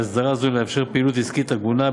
על אסדרה זו לאפשר פעילות עסקית הגונה,